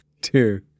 two